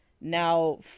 now